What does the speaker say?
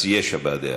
אז יש הבעת דעה.